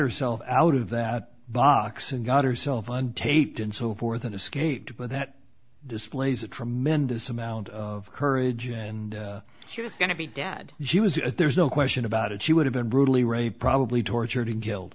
herself out of that box and got herself on tape and so forth and escaped but that displays a tremendous amount of courage and she was going to be dad she was there's no question about it she would have been brutally raped probably tortured and killed